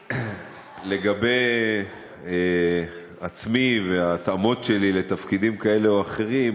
לגבי עצמי וההתאמות שלי לתפקידים כאלה או אחרים,